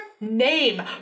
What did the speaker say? name